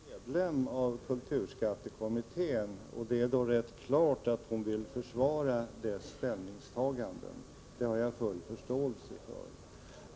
Herr talman! Catarina Rönnung är medlem av kulturskattekommittén, och det är då rätt klart att hon vill försvara dess ställningstaganden. Det har jag full förståelse för.